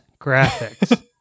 graphics